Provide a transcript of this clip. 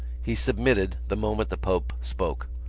he submitted the moment the pope spoke.